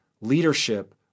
Leadership